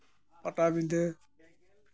ᱯᱟᱴᱟᱵᱤᱸᱫᱷᱟᱹ